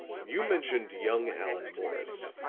you mentioned young allan morris